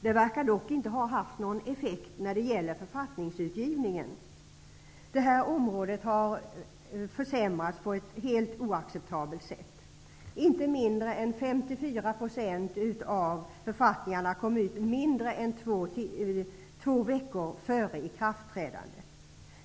Det verkar dock inte ha haft någon effekt när det gäller författningsutgivningen. Detta område har försämrats på ett helt oacceptabelt sätt. Inte mindre än 54 % av författningarna kom ut mindre än två veckor före ikraftträdandet.